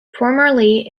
formerly